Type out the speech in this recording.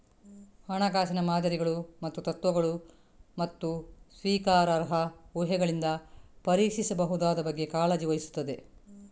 ಹಣಕಾಸಿನ ಮಾದರಿಗಳು ಮತ್ತು ತತ್ವಗಳು, ಮತ್ತು ಸ್ವೀಕಾರಾರ್ಹ ಊಹೆಗಳಿಂದ ಪರೀಕ್ಷಿಸಬಹುದಾದ ಬಗ್ಗೆ ಕಾಳಜಿ ವಹಿಸುತ್ತದೆ